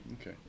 okay